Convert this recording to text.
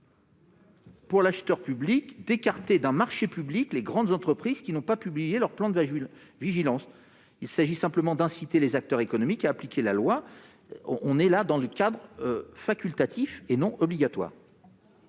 pour l'acheteur public d'écarter d'un marché public les grandes entreprises qui n'ont pas publié de plan de vigilance. Il s'agit simplement d'inciter les acteurs économiques à appliquer la loi. C'est donc bien un cadre facultatif, et non obligatoire.